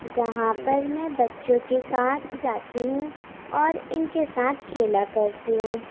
جہاں پر میں بچوں کے ساتھ جاتی ہوں اور ان کے ساتھ کھیلا کرتی ہوں